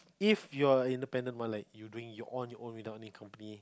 if you're in the pandama like you doing on your own without any company